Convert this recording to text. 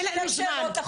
אין לנו זמן.